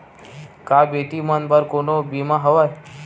का बेटी मन बर कोनो बीमा हवय?